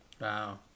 wow